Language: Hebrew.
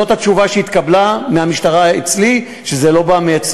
זאת התשובה שהתקבלה מהמשטרה אצלי, שזה לא בא מהם.